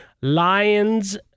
Lions